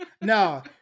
No